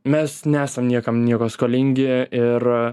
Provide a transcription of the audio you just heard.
mes nesam niekam nieko skolingi ir